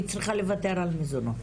היא צריכה לוותר על מזונות.